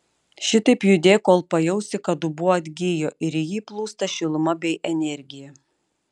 šitaip judėk kol pajausi kad dubuo atgijo ir į jį plūsta šiluma bei energija